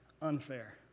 unfair